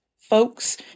folks